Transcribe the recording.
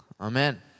Amen